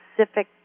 specific